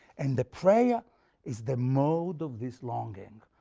and the prayer is the mode of this longing.